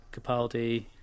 Capaldi